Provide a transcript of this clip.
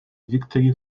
victory